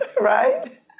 right